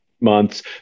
months